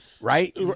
right